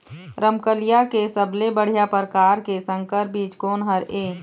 रमकलिया के सबले बढ़िया परकार के संकर बीज कोन हर ये?